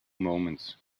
moments